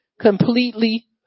completely